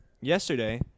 yesterday